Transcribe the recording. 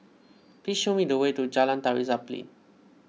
please show me the way to Jalan Tari Zapin